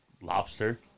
lobster